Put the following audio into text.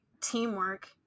teamwork